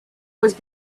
was